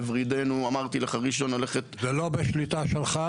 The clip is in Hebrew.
בוורידינו -- זה לא בשליטה שלך,